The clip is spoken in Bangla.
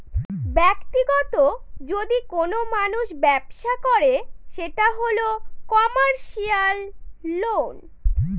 ব্যাক্তিগত যদি কোনো মানুষ ব্যবসা করে সেটা হল কমার্সিয়াল লোন